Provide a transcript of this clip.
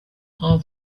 all